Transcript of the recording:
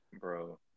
Bro